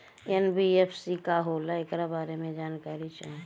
NBFC का होला ऐकरा बारे मे जानकारी चाही?